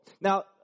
Now